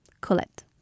Colette